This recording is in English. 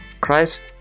Christ